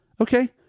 okay